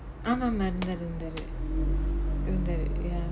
ஆமா ஆமா இருந்தாரு இருந்தாரு:aamaa aamaa irunthaaru irunthaaru